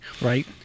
Right